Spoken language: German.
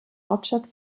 hauptstadt